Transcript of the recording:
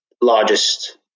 largest